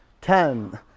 ten